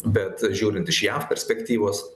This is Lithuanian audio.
bet žiūrint iš jav perspektyvos